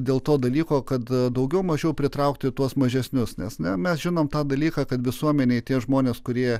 dėl to dalyko kad daugiau mažiau pritraukti tuos mažesnius nes na mes žinome tą dalyką kad visuomenei tie žmonės kurie